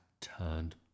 turned